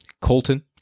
Colton